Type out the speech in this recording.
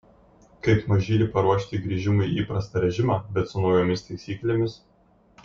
kaip mažylį paruošti grįžimui į įprastą režimą bet su naujomis taisyklėmis